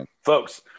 Folks